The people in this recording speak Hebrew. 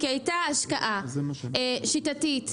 כי הייתה השקעה שיטתית,